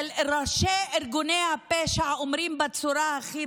שראשי ארגוני הפשע אומרים בצורה הכי